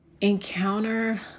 encounter